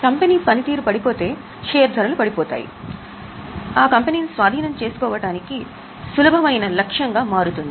company పనితీరు పడిపోతే share ధరలు పడి పోతాయి స్వాధీనం చేసుకోవటానికి సులభమైన లక్ష్యంగా మారుతుంది